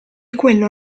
quello